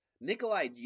Nikolai